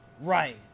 Right